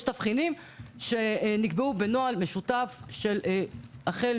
יש תבחינים שנקבעו בנוהל משותף של החל